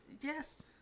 Yes